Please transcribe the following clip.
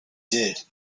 did